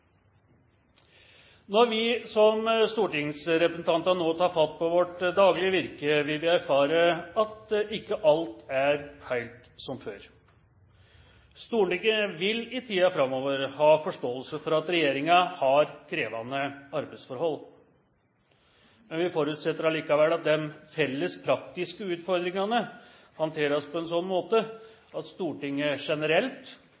Når vi som stortingsrepresentanter nå tar fatt på vårt daglige virke, vil vi erfare at ikke alt er helt som før. Stortinget vil i tiden framover ha forståelse for at regjeringen har krevende arbeidsforhold. Vi forutsetter likevel at disse felles praktiske utfordringene håndteres på en slik måte at Stortinget generelt,